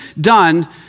done